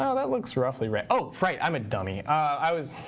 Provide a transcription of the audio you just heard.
ah that looks roughly right. oh, right, i'm a dummy. i was